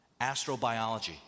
astrobiology